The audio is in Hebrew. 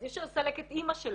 אז אי אפשר לסלק את אמא שלו.